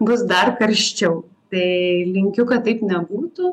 bus dar karščiau tai linkiu kad taip nebūtų